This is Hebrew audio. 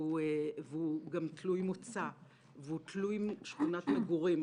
והוא גם תלוי מוצא והוא תלוי שכונת מגורים.